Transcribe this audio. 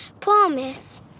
Promise